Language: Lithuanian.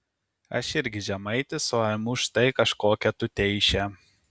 aš irgi žemaitis o imu štai kažkokią tuteišę